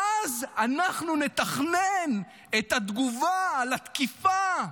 ואז אנחנו נתכנן את התגובה על התקיפה.